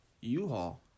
U-Haul